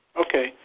Okay